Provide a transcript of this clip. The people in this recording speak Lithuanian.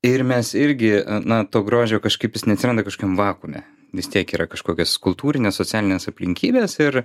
ir mes irgi na to grožio kažkaip jis neatsiranda kažkokiam vakuume vis tiek yra kažkokios kultūrinės socialinės aplinkybės ir